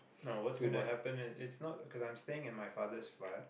no what's going to happen it's not cause I'm staying in my father's flat